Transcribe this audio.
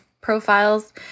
profiles